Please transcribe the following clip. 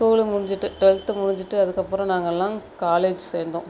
school முடிஞ்சுட்டு twelfth முடிஞ்சுட்டு அதுக்கப்புறம் நாங்கெல்லாம் காலேஜ் சேர்ந்தோம்